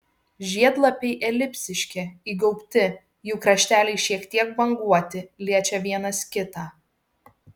žiedlapiai elipsiški įgaubti jų krašteliai šiek tiek banguoti liečia vienas kitą